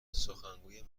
سخنگوی